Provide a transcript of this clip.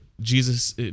Jesus